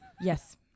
Yes